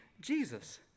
Jesus